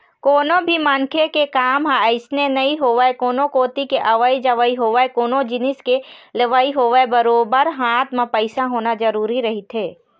कोनो भी मनखे के काम ह अइसने नइ होवय कोनो कोती के अवई जवई होवय कोनो जिनिस के लेवई होवय बरोबर हाथ म पइसा होना जरुरी रहिथे